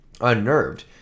unnerved